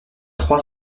trois